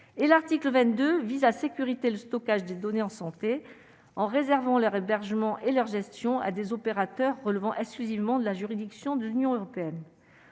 et l'article 22 vise sécurité le stockage de données en santé, en réservant leur hébergement et leur gestion à des opérateurs relevant exclusivement de la juridiction de l'Union européenne,